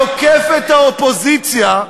תוקף את האופוזיציה,